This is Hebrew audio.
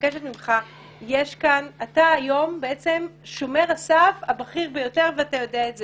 אתה היום שומר הסף הבכיר ביותר, ואתה יודע את זה,